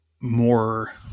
more